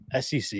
SEC